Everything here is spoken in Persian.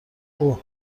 اوه